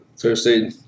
Thursday